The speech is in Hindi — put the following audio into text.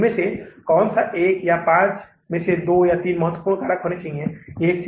तो कम से कम और 61000 हम बैंक को पुनः भुगतान कर देंगे